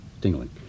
tingling